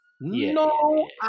No